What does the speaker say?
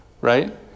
right